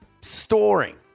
storing